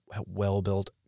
well-built